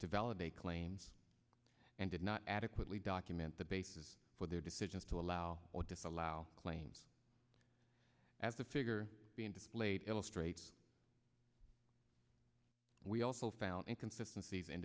to validate claims and did not adequately document the basis for their decisions to allow or disallow claims at the figure being displayed illustrates we also found inconsistency